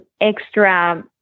extra